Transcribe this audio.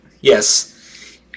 Yes